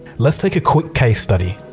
let's take a quick case study.